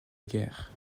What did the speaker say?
guerre